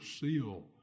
seal